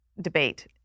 debate